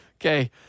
Okay